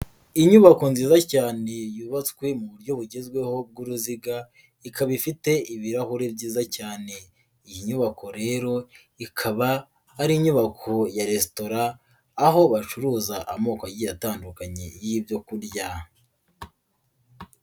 Inyubako nziza cyane yubatswe mu buryo bugezweho bw'uruziga ikaba ifite ibirahure byiza cyane, iyi nyubako rero ikaba ari inyubako ya resitora aho bacuruza amoko agiye atandukanye y'ibyo kurya.